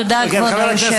תודה, כבוד היושב-ראש.